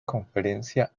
conferencia